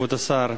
כבוד השר,